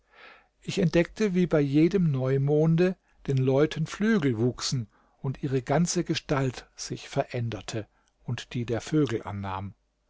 ich entdeckte wie bei jedem neumonde den leuten flügel wuchsen und ihre ganze gestalt sich veränderte und die der vögel annahm